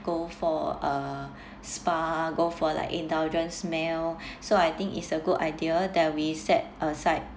go for a spa go for like indulgence meal so I think it's a good idea that we set aside